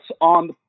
on